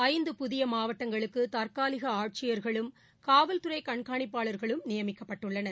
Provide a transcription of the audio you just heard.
ஐந்து புதிய மாவட்டங்களுக்கு தற்காலிக ஆட்சியர்களும் காவல்துறை கண்காணிப்பாளர்களும் நியமிக்கப்பட்டுள்ளனர்